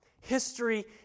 History